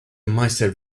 master